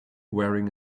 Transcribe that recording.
wearing